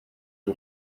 uba